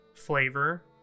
flavor